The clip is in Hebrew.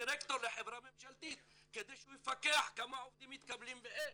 דירקטור לחברה ממשלתית כדי שהוא יפקח כמה עובדים מתקבלים ואיך.